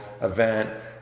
event